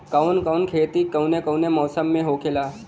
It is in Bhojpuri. कवन कवन खेती कउने कउने मौसम में होखेला?